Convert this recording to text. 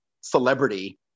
celebrity